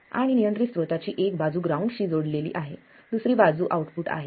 आणि नियंत्रित स्त्रोताची एक बाजू ग्राउंड शी जोडलेली आहे दुसरी बाजू आउटपुट आहे